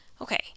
Okay